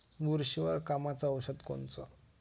बुरशीवर कामाचं औषध कोनचं?